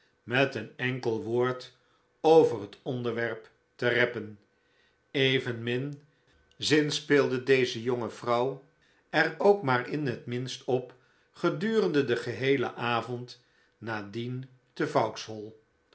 met een enkel woord over het onderwerp te reppen evenmin zinspeelde deze jonge vrouw er ook maar in het minst op gedurende den geheelen avond na dien